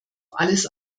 alles